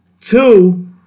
Two